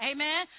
Amen